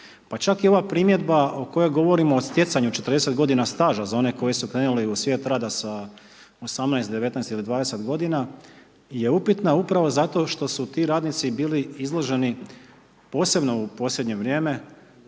Pa čak i ova primjedba o kojoj govorimo o stjecanju 40 g. staža za one koji su krenuli u svijet rada sa 18, 19 ili 20 g. je upitno upravo zato što su ti radnici bili izloženi posebno u posljednje vrijeme